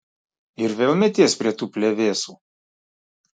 ir vėl meties prie tų plevėsų